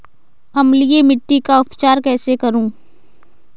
अम्लीय मिट्टी का उपचार कैसे करूँ?